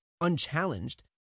unchallenged